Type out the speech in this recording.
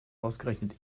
ausgerechnet